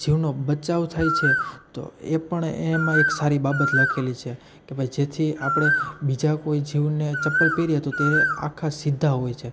જીવનો બચાવ થાય છે તો એ પણ એમાં એક સારી બાબત લખેલી છે કે ભાઈ જેથી આપણે બીજા કોઈ જીવને ચંપલ પહેરીએ તો તે આખા સીધા હોય છે